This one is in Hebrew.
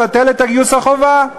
לבטל את גיוס החובה.